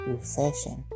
Recession